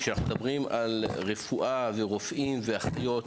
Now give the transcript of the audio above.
כשאנחנו מדברים על רפואה ורופאים ואחיות,